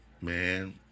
Man